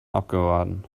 abgeraten